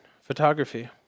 Photography